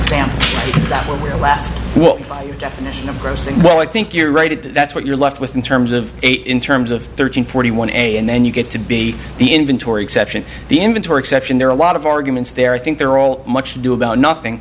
what your definition of gross and well i think you're right it that's what you're left with in terms of eight in terms of thirteen forty one and then you get to be the inventory exception the inventory exception there are a lot of arguments there i think they're all much ado about nothing